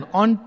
on